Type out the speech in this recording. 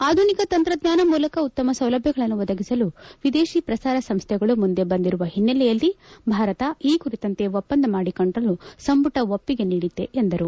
ಆಧುನಿಕ ತಂತ್ರಜ್ಞಾನ ಮೂಲಕ ಉತ್ತಮ ಸೌಲಭ್ಞಗಳನ್ನು ಒದಗಿಸಲು ವಿದೇಶಿ ಪ್ರಸಾರ ಸಂಸ್ಥೆಗಳು ಮುಂದೆ ಬಂದಿರುವ ಹಿನ್ನೆಲೆಯಲ್ಲಿ ಭಾರತ ಈ ಕುರಿತಂತೆ ಒಪ್ಪಂದ ಮಾಡಿಕೊಳ್ಳಲು ಸಂಪುಟ ಒಪ್ಪಿಗೆ ನೀಡಿತು ಎಂದರು